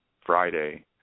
Friday